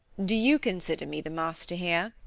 do you consider me the master here?